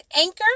Anchor